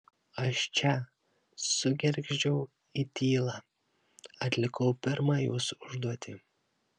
aš čia sugergždžiau į tylą atlikau pirmą jūsų užduotį